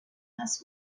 this